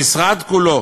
המשרד כולו,